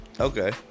okay